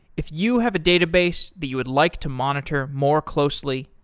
if you have a database that you would like to monitor more closely,